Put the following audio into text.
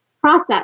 process